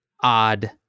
odd